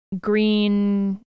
green